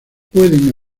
pueden